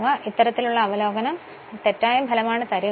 എന്നാൽ ഇത്തരത്തിൽ അവലോകനം ചെയ്യുന്നതു തെറ്റായ ഫലമാണ് തരിക